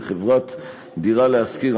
וחברת "דירה להשכיר",